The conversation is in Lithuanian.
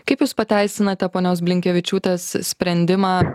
kaip jūs pateisinate ponios blinkevičiūtės sprendimą